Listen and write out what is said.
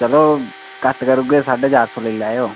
चलो घट्ट करी औड़गे साढ़े चार सौ लेई लैओ